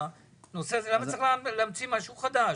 למה צריך להמציא משהו חדש?